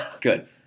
Good